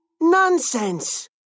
Nonsense